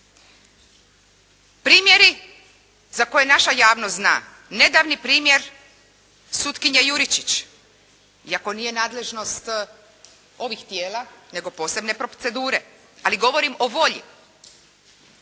Primjeri za koje naša javnost zna. Nedavni primjer sutkinje Juričić, iako nije nadležnost ovih tijela, nego posebno procedure. Ali govorim o volji